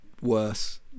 worse